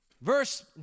Verse